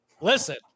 Listen